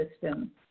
system